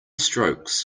strokes